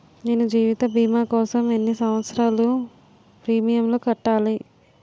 నేను జీవిత భీమా కోసం ఎన్ని సంవత్సారాలు ప్రీమియంలు కట్టాలి?